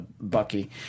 Bucky